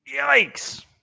yikes